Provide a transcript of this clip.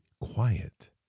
quiet